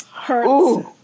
Hurts